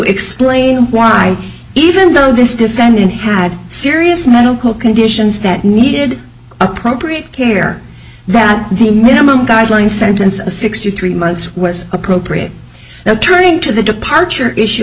explain why even though this defendant had serious medical conditions that needed appropriate care that the minimum guidelines sentence of six to three months was appropriate now turning to the departure issue